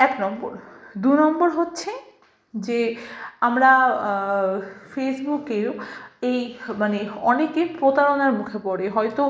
এক নম্বর দু নম্বর হচ্ছে যে আমরা ফেসবুকেও এই মানে অনেকে প্রতারণার মুখে পড়ে হয়তো